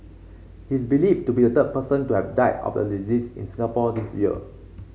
he is believed to be the third person to have died of the disease in Singapore this year